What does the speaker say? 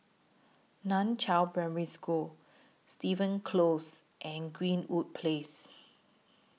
NAN Chiau Primary School Stevens Close and Greenwood Place